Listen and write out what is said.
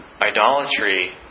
Idolatry